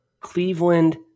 Cleveland